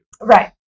Right